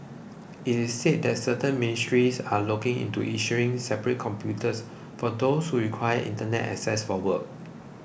it is said that certain ministries are looking into issuing separate computers for those who require Internet access for work